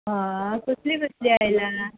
हय कसली कसली आयला